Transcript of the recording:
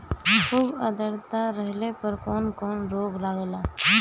खुब आद्रता रहले पर कौन कौन रोग लागेला?